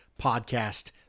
podcast